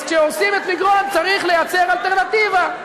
אז כשהורסים את מגרון צריך לייצר אלטרנטיבה.